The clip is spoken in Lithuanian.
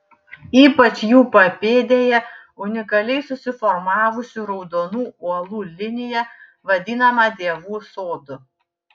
ypač jų papėdėje unikaliai susiformavusių raudonų uolų linija vadinama dievų sodu